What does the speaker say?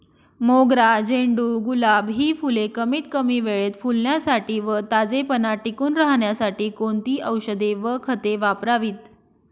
मोगरा, झेंडू, गुलाब हि फूले कमीत कमी वेळेत फुलण्यासाठी व ताजेपणा टिकून राहण्यासाठी कोणती औषधे व खते वापरावीत?